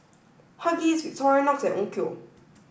Huggies Victorinox and Onkyo